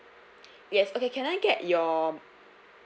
yes okay can I get your